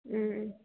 ಹ್ಞೂ